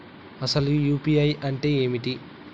అసలు యూ.పీ.ఐ అంటే ఏమిటి?